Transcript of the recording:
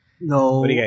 No